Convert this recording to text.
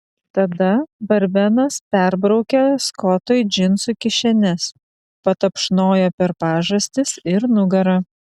tada barmenas perbraukė skotui džinsų klešnes patapšnojo per pažastis ir nugarą